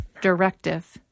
directive